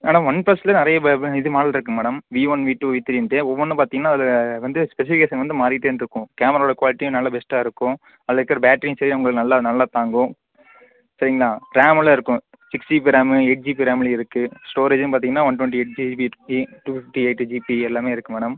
madam one ப்ளஸ்லேயே நிறைய இது மாடல் இருக்கு madam V one V two V த்ரீன்ட்டு ஒவ்வொன்றும் பார்த்திங்கன்னா அது வந்து ஸ்பெசிஃபிகேஷன் வந்து மாறிட்டே இருக்கும் கேமராவோட குவாலிட்டியும் நல்லா பெஸ்ட்டாக இருக்கும் அதில் இருக்கிற பேட்டரியும் சரி உங்களுக்கு நல்லா நல்லா தாங்கும் சரிங்களா ரோம்மெல்லாம் இருக்கும் six GB ram eight GB ரேம்லேயும் இருக்கு ஸ்டோரேஜும் பார்த்திங்கன்னா one twenty eight GB two fifty eight GB எல்லாம் இருக்கு மேடம்